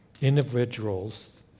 Individuals